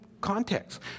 context